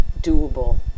doable